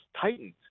tightened